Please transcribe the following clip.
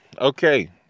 Okay